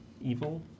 evil